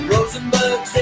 Rosenberg